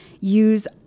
use